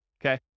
okay